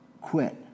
quit